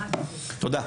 תודה.